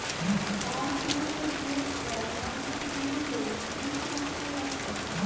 नान कोड़ी कर बेठ हर लमसम दूई ले तीन फुट कर रहथे